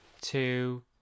two